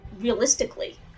realistically